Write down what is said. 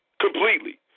completely